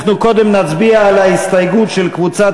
אנחנו קודם נצביע על ההסתייגות של קבוצת